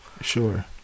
sure